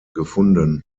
gefunden